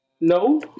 No